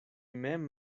mem